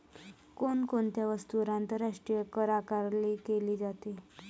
कोण कोणत्या वस्तूंवर आंतरराष्ट्रीय करआकारणी केली जाते?